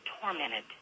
tormented